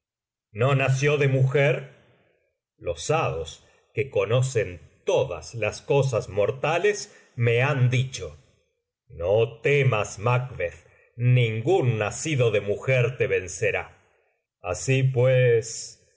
no nació de mujer los hados que conocen todas las cosas mortales me han dicho no temas macbeth ningún nacido de mujer te vencerá así pues